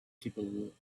capable